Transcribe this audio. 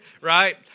Right